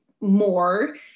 more